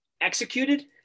executed